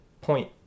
point